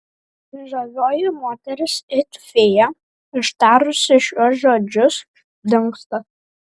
žavioji moteris it fėja ištarusi šiuos žodžius dingsta